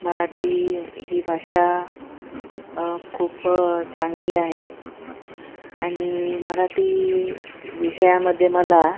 मराठी ही भाषा खूप चांगली आहे आणि मराठी विषयामध्ये मला